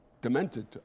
demented